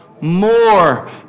more